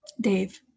Dave